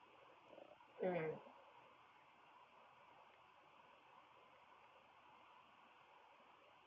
mm